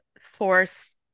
force